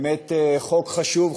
באמת, חוק חשוב.